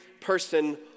person